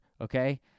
Okay